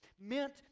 meant